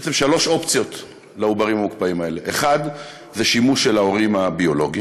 בעצם שלוש אופציות לעוברים הללו: 1. שימוש של ההורים הביולוגיים,